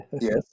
yes